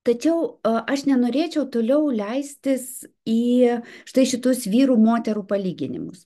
tačiau aš nenorėčiau toliau leistis į štai šitus vyrų moterų palyginimus